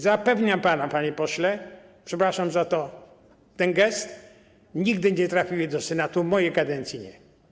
Zapewniam pana, panie pośle - przepraszam za ten gest - że nigdy nie trafiły do Senatu, za mojej kadencji nie.